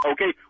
Okay